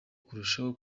kurushaho